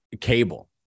cable